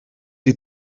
die